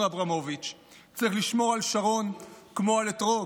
אברמוביץ': "צריך לשמור על שרון כמו על אתרוג,